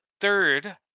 third